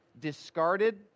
discarded